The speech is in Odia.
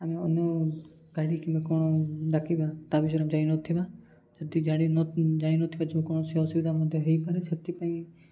ଆମେ ଅନ୍ୟ ଗାଡ଼ି କିମ୍ବା କଣ ଡାକିବା ତା ବିଷୟରେ ଆମେ ଯାଣିନଥିବା ଯଦି ଜାଣିନଥିବା ଯେଉଁ କୌଣସି ଅସୁବିଧା ମଧ୍ୟ ହେଇପାରେ ସେଥିପାଇଁ